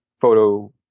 photo